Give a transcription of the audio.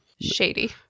Shady